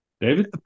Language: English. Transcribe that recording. David